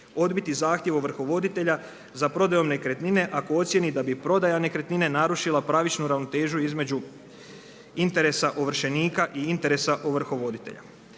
odbiti zahtjev ovrhovoditelja za prodajom nekretnine ako ocijeni da bi prodaja nekretnine narušila pravičnu ravnotežu između interesa ovršenika i interesa ovrhovoditelja.